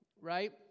right